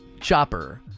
chopper